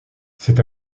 cette